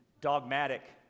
Dogmatic